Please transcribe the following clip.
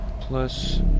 plus